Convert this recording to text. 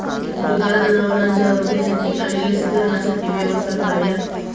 दुधाळ जनावरांच्या आरोग्यासाठी आणि लसीकरणासाठी व्यवस्था करावी लागते